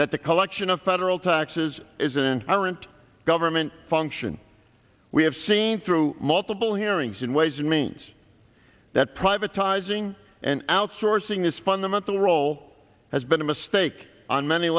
that the collection of federal taxes is an errant government function we have seen through multiple hearings in ways and means that privatizing and outsourcing is fundamental role has been a mistake on many